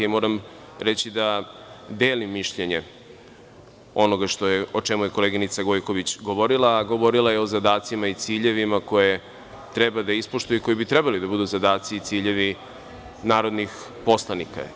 Moram reći da delim mišljenje ono o čemu je koleginica Gojković govorila, a govorila je o zadacima i ciljevima koje treba da ispoštuje i koji bi trebalo da budu zadaci i ciljevi narodnih poslanika.